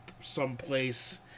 someplace